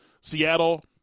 Seattle